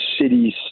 cities